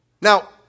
now